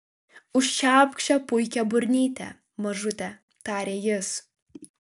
užčiaupk šią puikią burnytę mažute tarė jis